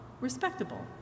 respectable